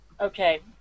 Okay